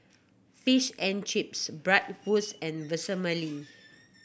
Fish and Chips Bratwurst and Vermicelli